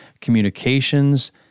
communications